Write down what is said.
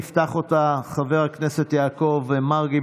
יפתח אותה חבר הכנסת יעקב מרגי,